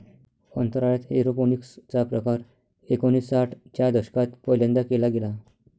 अंतराळात एरोपोनिक्स चा प्रकार एकोणिसाठ च्या दशकात पहिल्यांदा केला गेला